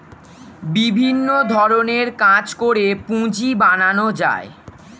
বিভিন্ন ধরণের কাজ করে পুঁজি বানানো যায়